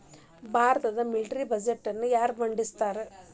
ಭಾರತದ ಮಿಲಿಟರಿ ಬಜೆಟ್ನ ಯಾರ ಮಂಡಿಸ್ತಾರಾ